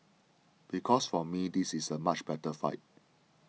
because for me this is a much better fight